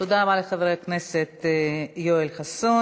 תודה רבה לחבר הכנסת יואל חסון.